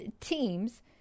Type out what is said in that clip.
teams